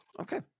Okay